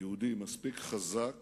יהודי מספיק חזק